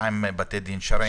מה עם בתי דין שרעיים?